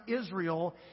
Israel